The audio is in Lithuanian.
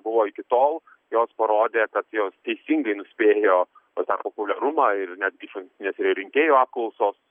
buvo iki tol jos parodė kad jos teisingai nuspėjo jo tą populiarumą ir netgi išankstinės rinkėjų apklausos